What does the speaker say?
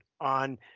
on